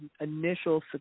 initial